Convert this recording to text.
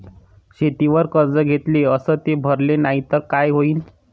शेतीवर कर्ज घेतले अस ते भरले नाही तर काय होईन?